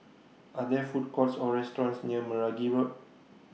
Are There Food Courts Or restaurants near Meragi Road